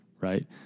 right